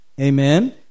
Amen